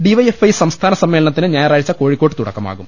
D Y F I സംസ്ഥാന സമ്മേളനത്തിന് ഞായറാഴ്ച കോഴിക്കോട്ട് തുടക്കമാകും